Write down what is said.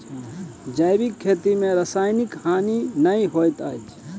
जैविक खेती में रासायनिक हानि नै होइत अछि